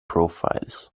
profiles